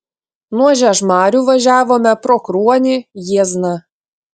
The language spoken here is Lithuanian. nuo žiežmarių važiavome pro kruonį jiezną